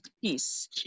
peace